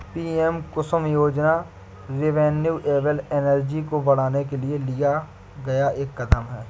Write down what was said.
PM Kusum योजना renewable energy को बढ़ाने के लिए लिया गया एक कदम है